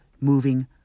moving